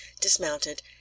dismounted